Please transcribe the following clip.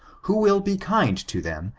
who will be kind to them,